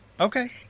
okay